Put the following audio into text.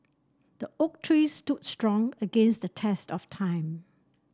the oak tree stood strong against the test of time